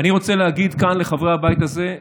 יש עובדות.